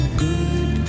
good